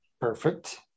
Perfect